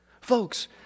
Folks